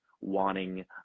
wanting